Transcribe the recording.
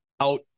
out